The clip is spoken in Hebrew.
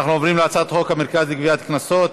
אנחנו עוברים להצעת חוק המרכז לגביית קנסות,